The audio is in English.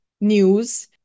news